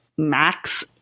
Max